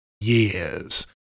years